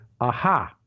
aha